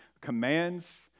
commands